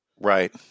Right